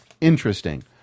interesting